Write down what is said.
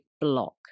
block